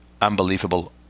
unbelievable